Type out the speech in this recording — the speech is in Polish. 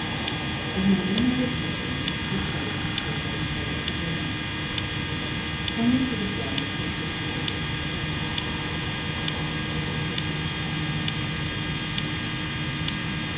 oznajmiono wieczerzę i szeik przerwał swoje opowiadanie